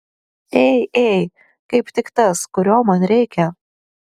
ei ei kaip tik tas kurio man reikia